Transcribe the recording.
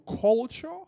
culture